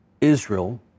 Israel